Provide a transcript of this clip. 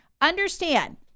understand